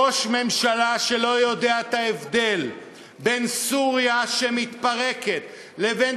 ראש ממשלה שלא יודע את ההבדל בין סוריה שמתפרקת לבין